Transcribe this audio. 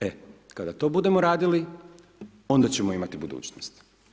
E kada to budemo radili onda ćemo imati budućnost.